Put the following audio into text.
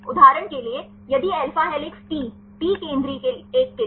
उदाहरण के लिए यदि अल्फा हेलिक्स टी टी केंद्रीय एक के लिए